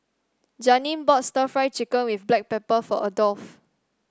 Janeen bought stir Fry Chicken with Black Pepper for Adolf